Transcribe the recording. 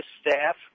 Staff